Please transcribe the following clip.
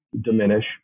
diminish